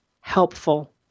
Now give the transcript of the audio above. helpful